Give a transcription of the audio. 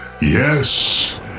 Yes